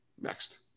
Next